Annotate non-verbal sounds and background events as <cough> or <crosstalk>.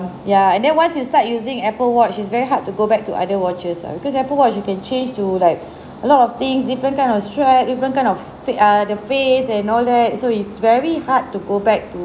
ya and then once you start using Apple watch it's very hard to go back to other watches ah because Apple watch you can change to like <breath> a lot of things different kind of strap different kind of f~ err the face and all that so it's very hard to go back to